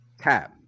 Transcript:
tab